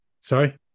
Sorry